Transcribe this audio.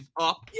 up